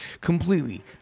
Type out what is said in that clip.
Completely